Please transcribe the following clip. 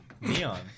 Neon